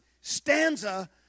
stanza